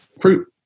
fruit